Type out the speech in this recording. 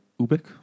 Ubik